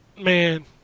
man